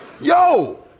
yo